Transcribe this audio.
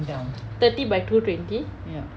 thirty by two twenty